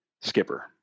skipper